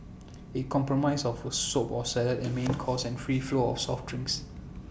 IT compromise of A soup or salad A main course and free flow of soft drinks